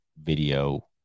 video